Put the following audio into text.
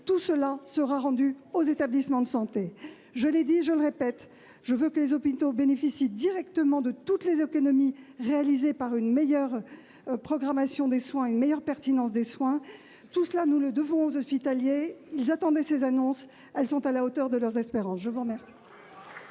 tout cela sera rendu aux établissements de santé. Je l'ai dit et je le répète : je veux que les hôpitaux bénéficient directement de toutes les économies réalisées par une meilleure programmation et une meilleure pertinence des soins. Nous devons tout cela aux agents hospitaliers : ils attendaient ces annonces, qui sont à la hauteur de leurs espérances ! La parole